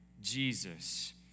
Jesus